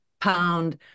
pound